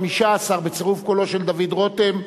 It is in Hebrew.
15 בצירוף קולו של דוד רותם,